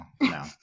no